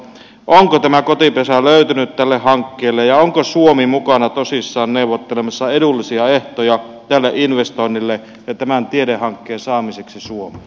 onko tämä kotipesä löytynyt tälle hankkeelle ja onko suomi mukana tosissaan neuvottelemassa edullisia ehtoja tälle investoinnille ja tämän tiedehankkeen saamiseksi suomeen